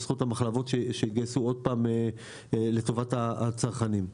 לזכות המחלבות שהתגייסו עוד פעם לטובת הצרכנים.